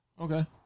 Okay